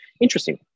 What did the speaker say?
interesting